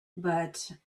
but